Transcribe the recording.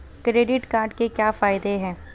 Credit card के क्या फायदे हैं?